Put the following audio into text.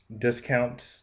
discounts